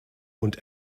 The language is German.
und